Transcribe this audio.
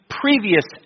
previous